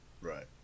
right